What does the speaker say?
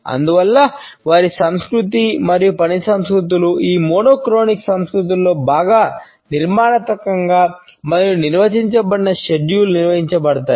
అందువల్ల మోనోక్రోనిక్ నిర్వహించబడతాయి